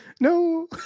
No